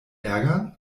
ärgern